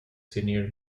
senior